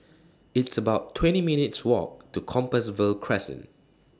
It's about twenty minutes' Walk to Compassvale Crescent